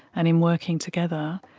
and in working together,